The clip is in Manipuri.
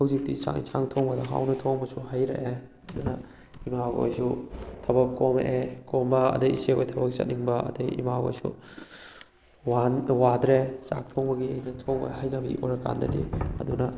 ꯍꯧꯖꯤꯛꯇꯤ ꯆꯥꯛ ꯌꯦꯟꯁꯥꯡ ꯊꯣꯡꯕꯗ ꯍꯥꯎꯅ ꯊꯣꯡꯕꯁꯨ ꯍꯩꯔꯛꯑꯦ ꯑꯗꯨꯅ ꯏꯃꯥꯈꯣꯏꯁꯨ ꯊꯕꯛ ꯀꯣꯝꯃꯛꯑꯦ ꯀꯣꯝꯃ ꯑꯗꯨꯗꯩ ꯏꯆꯦꯈꯣꯏ ꯊꯕꯛ ꯆꯠꯅꯤꯡꯕ ꯑꯗꯨꯗꯩ ꯏꯃꯥꯈꯣꯏꯁꯨ ꯋꯥꯗ꯭ꯔꯦ ꯆꯥꯛꯊꯣꯡꯕꯒꯤ ꯑꯩꯅ ꯊꯣꯡꯕ ꯍꯩꯅꯕꯤ ꯑꯣꯏꯔꯀꯥꯟꯗꯗꯤ ꯑꯗꯨꯅ